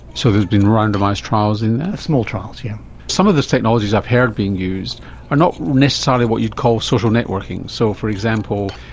so there has been randomised trials in that? small trials, yes. some of the technologies i've heard being used are not necessarily what you'd call social networking. so, for example,